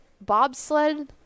bobsled